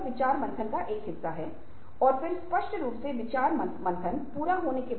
हमें हमेशा ध्यान रखना है और हमें तैयार रहना चाहिए